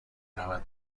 رود